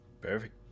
Perfect